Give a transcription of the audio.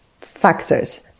factors